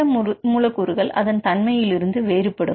சில மூலக்கூறுகள் அதன் தன்மையிலிருந்து வேறுபடும்